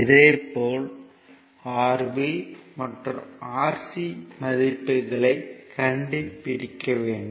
இதே போல் Rb மற்றும் Rc மதிப்புகளைக் கண்டுபிடிக்க வேண்டும்